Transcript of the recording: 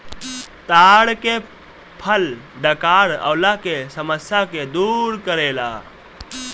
ताड़ के फल डकार अवला के समस्या के दूर करेला